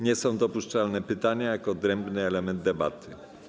Nie są dopuszczalne pytania jako odrębny element debaty.